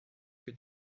que